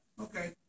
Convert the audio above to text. Okay